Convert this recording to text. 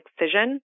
excision